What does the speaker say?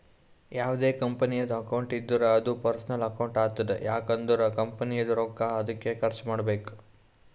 ಯಾವ್ದೇ ಕಂಪನಿದು ಅಕೌಂಟ್ ಇದ್ದೂರ ಅದೂ ಪರ್ಸನಲ್ ಅಕೌಂಟ್ ಆತುದ್ ಯಾಕ್ ಅಂದುರ್ ಕಂಪನಿದು ರೊಕ್ಕಾ ಅದ್ಕೆ ಖರ್ಚ ಮಾಡ್ಬೇಕು